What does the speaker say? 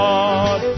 God